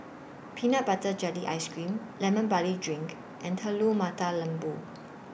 Peanut Butter Jelly Ice Cream Lemon Barley Drink and Telur Mata Lembu